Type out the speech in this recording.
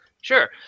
Sure